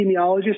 epidemiologist